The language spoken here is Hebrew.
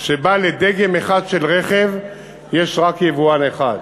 שבה לדגם אחד של רכב יש רק יבואן אחד.